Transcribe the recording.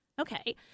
Okay